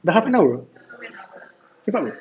dah half an hour cepat [pe]